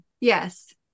Yes